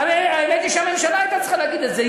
האמת היא שהממשלה הייתה צריכה להביא את זה,